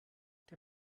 der